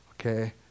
Okay